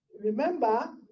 remember